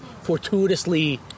fortuitously